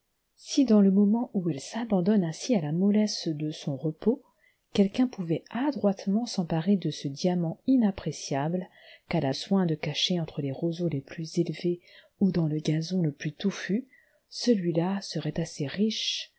si dans le moment où elle s'abandonne ainsi à la mollesse de son repos quelqu'un pouvait adroitement s'emparer de ce diamant inappréciable qu'elle a soin de cacher entre les roseaux les plus élevés ou dans le gazon le plus touffu celui-là serait assez riche